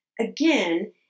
Again